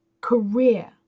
career